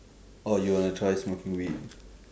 oh you wanna try smoking weed